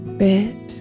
bit